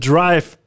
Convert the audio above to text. Drive